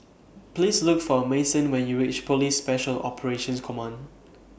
Please Look For Manson when YOU REACH Police Special Operations Command